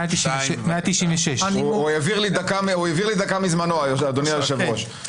196. הוא העביר לי דקה מזמנו, אדוני היושב-ראש.